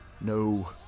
no